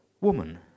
Woman